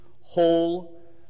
whole